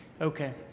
Okay